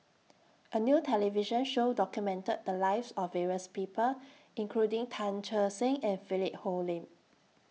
A New television Show documented The Lives of various People including Tan Che Sang and Philip Hoalim